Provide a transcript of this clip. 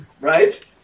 right